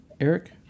Eric